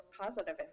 positive